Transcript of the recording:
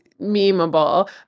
memeable